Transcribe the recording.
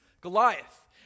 Goliath